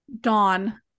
Dawn